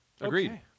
agreed